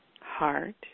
heart